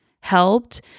helped